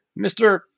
Mr